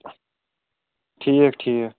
ٹھیٖک ٹھیٖک